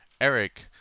Eric